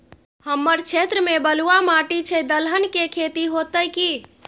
हमर क्षेत्र में बलुआ माटी छै, दलहन के खेती होतै कि?